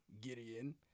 Gideon